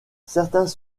certains